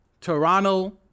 Toronto